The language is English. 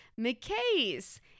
McKay's